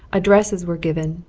addresses were given,